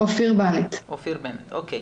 אין דרך אחרת.